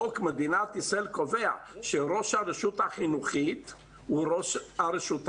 חוק מדינת ישראל קובע שראש הרשות החינוכית הוא ראש הרשות המוניציפלית.